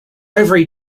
every